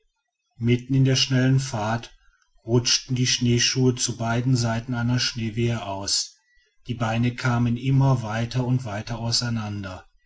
mitten in der schnellen fahrt rutschten die schneeschuhe zu beiden seiten einer schneewehe aus die beine kamen immer weiter und weiter auseinander